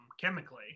chemically